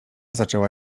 zaczęła